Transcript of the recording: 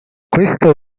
questo